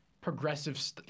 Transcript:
progressive